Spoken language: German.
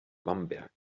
bamberg